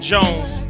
Jones